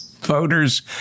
voters